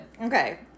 Okay